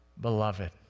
beloved